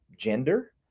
gender